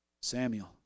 Samuel